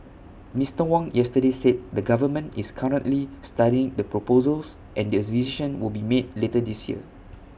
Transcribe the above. Mister Wong yesterday said the government is currently studying the proposals and decision will be made later this year